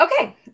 Okay